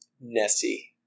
Nessie